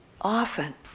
often